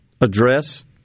address